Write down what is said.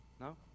No